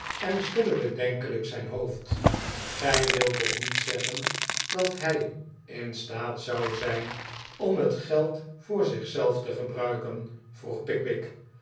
en schudde bedenkelijk zijn hoofd cij wilt toch niet zeggen dat hij in staat zou zijn om het geld voor zich zelf te gebruiken vroeg pickwick